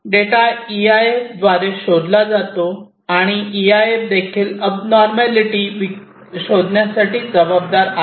data EIF द्वारे शोधला जातो आणि EIF देखील अबॅनॉर्मलिटी विकृती शोधण्यासाठी जबाबदार आहे